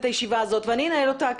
בדיוק, אין החלטה שיפוטית.